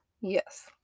Yes